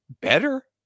better